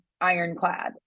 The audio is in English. ironclad